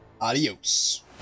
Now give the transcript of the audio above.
Adios